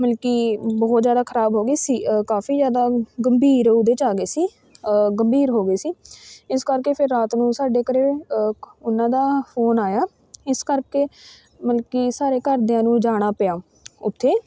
ਮਲ ਕਿ ਬਹੁਤ ਜ਼ਿਆਦਾ ਖਰਾਬ ਹੋ ਗਈ ਸੀ ਕਾਫੀ ਜ਼ਿਆਦਾ ਗੰਭੀਰ ਉਹਦੇ 'ਚ ਆ ਗਏ ਸੀ ਗੰਭੀਰ ਹੋ ਗਏ ਸੀ ਇਸ ਕਰਕੇ ਫਿਰ ਰਾਤ ਨੂੰ ਸਾਡੇ ਘਰ ਉਹਨਾਂ ਦਾ ਫੋਨ ਆਇਆ ਇਸ ਕਰਕੇ ਮਲ ਕਿ ਸਾਰੇ ਘਰਦਿਆਂ ਨੂੰ ਜਾਣਾ ਪਿਆ ਉੱਥੇ